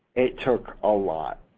it took a lot.